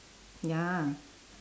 ya